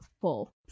full